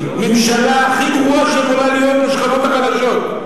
הממשלה הכי גרועה שיכולה להיות לשכבות החלשות.